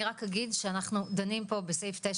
אני רק אגיד שאנחנו דנים פה בסעיף 9,